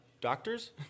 Doctors